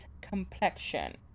complexion